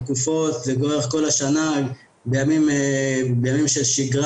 התקופות ולאורך כל השנה בימים של שגרה